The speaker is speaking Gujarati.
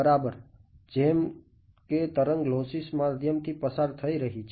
બરાબર જેમ કે તરંગ લોસ્સી માધ્યમથી પસાર થઈ રહી છે